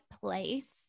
place